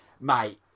Mate